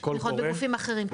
תמיכות בגופים אחרים.